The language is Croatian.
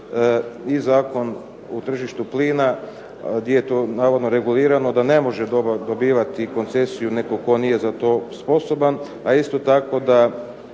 i Zakon o tržištu plina di je to navodno regulirano da ne može dobivati koncesiju netko tko nije za to sposoban, a isto tako da